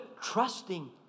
trusting